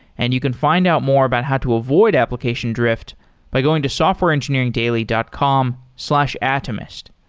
and you can find out more about how to avoid application drift by going to softwareengineeringdaily dot com slash atomist.